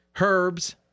Herbs